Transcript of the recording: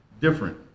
different